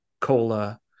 cola